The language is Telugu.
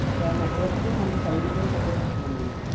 ఇంక నెట్వర్కు మనకు ఫైవ్ జీ కూడా సపోర్ట్ చేస్తుంది అండి దీంట్లో